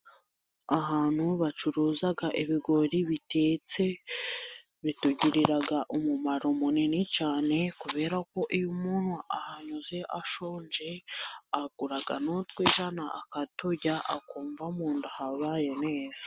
Ahantu bacuruza ibigori bitetse. Bitugirira umumaro munini cyane, kubera ko iyo umuntu ahanyuze ashonje agura utw'ijana akaturya, akumva mu nda habaye neza.